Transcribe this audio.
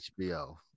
HBO